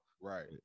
Right